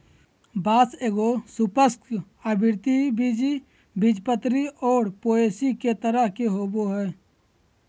बाँस एगो सपुष्पक, आवृतबीजी, बीजपत्री और पोएसी तरह के होबो हइ